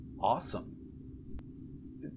awesome